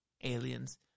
aliens